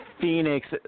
Phoenix